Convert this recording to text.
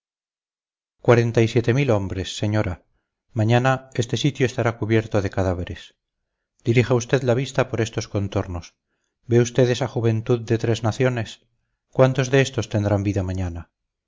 cuarenta y siete mil hombres señora mañana este sitio estará cubierto de cadáveres dirija usted la vista por estos contornos ve usted esa juventud de tres naciones cuántos de estos tendrán vida mañana